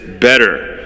better